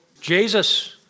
Jesus